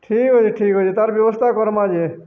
ଠିକ୍ ଅଛି ଠିକ୍ ଅଛି ତାର ବ୍ୟବସ୍ଥା କର୍ମା ଯେ